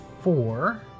Four